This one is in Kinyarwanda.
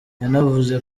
yanavuze